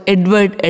Edward